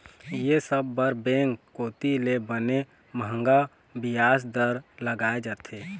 ये सब बर बेंक कोती ले बने मंहगा बियाज दर लगाय जाथे